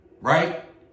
right